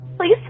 please